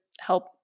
help